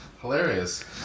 hilarious